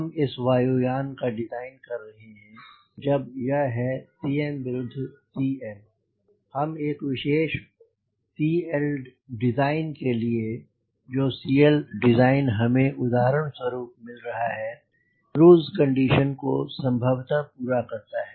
हम इस वायु यान का डिज़ाइन कर रहे हैं जब यह है Cm विरुद्ध CL हम एक विशेष CLdesign के लिए जो CLdesign हमें एक उदाहरण स्वरूप मिल रहा है जो क्रूज कंडीशन को संभवतः पूरा करता है